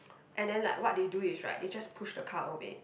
and then like what they do is right they just push the car away